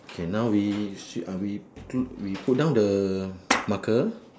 K now we shit uh we do we put down the marker